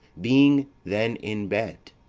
being then in bed,